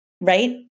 right